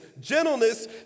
gentleness